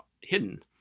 hidden